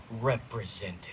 represented